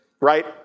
right